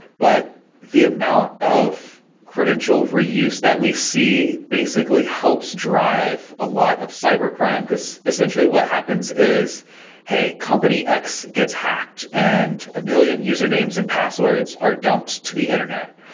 but the amount of credential reuse that we see basically helps drive a lot of cybercrime, because essentially what happens is hey, company x gets hacked and a million usernames and passwords are dumped to the internet.